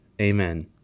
Amen